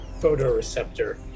photoreceptor